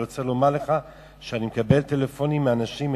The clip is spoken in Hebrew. אני רוצה לומר לך שאני מקבל טלפונים מאנשים,